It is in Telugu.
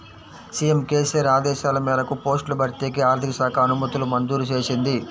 సీఎం కేసీఆర్ ఆదేశాల మేరకు పోస్టుల భర్తీకి ఆర్థిక శాఖ అనుమతులు మంజూరు చేసింది